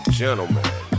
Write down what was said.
gentlemen